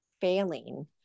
failing